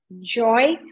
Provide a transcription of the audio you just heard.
joy